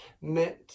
meant